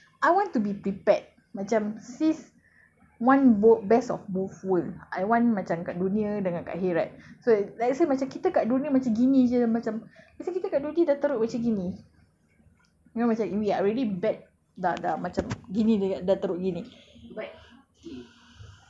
kan sis macam takut [tau] let's say macam I want to be prepared macam sis want best of both world I want macam dekat dunia dengan dekat akhirat so let's say macam kita dekat dunia macam ini jer macam macam kita dekat dunia ni dah teruk macam ini macam we are already bad dah dah macam ini dah teruk begini